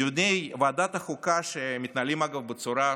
בדיוני ועדת החוקה, שמתנהלים אגב בצורה ביזיונית,